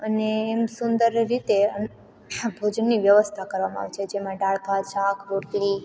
અને એમ સુંદર રીતે ત્યાં ભોજનની વ્યવસ્થા કરવામાં આવે છે જેમાં દાળ ભાત શાક રોટલી